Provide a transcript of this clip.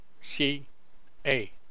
C-A